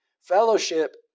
Fellowship